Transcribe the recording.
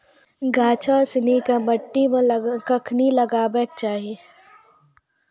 गाछो सिनी के मट्टी मे कखनी लगाबै के चाहि?